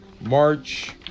March